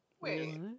Wait